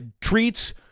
treats